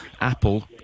Apple